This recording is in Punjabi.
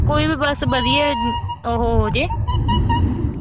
ਕੋਈ ਵੀ ਬਸ ਵਧੀਆ ਉਹ ਹੋ ਜੇ